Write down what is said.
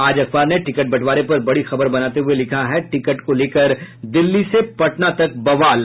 आज अखबार ने टिकट बंटवारे पर बड़ी खबर बनाते हुये लिखा है टिकट को लेकर दिल्ली से पटना तक बवाल